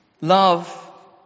Love